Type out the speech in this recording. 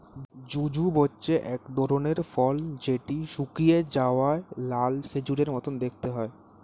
jujube হচ্ছে এক ধরনের ফল যেটা শুকিয়ে যাওয়া লাল খেজুরের মত দেখতে হয়